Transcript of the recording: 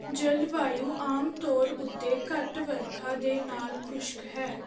ਜਲਵਾਯੂ ਆਮ ਤੌਰ ਉੱਤੇ ਘੱਟ ਵਰਖਾ ਦੇ ਨਾਲ ਖੁਸ਼ਕ ਹੈ